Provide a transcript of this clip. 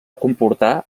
comportar